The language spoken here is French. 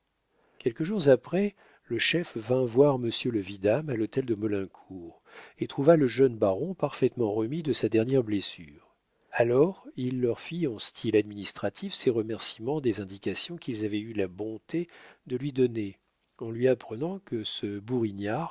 quelques jours après le chef vint voir monsieur le vidame à l'hôtel de maulincour et trouva le jeune baron parfaitement remis de sa dernière blessure alors il leur fit en style administratif ses remercîments des indications qu'ils avaient eu la bonté de lui donner en lui apprenant que ce